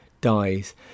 dies